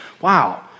wow